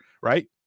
right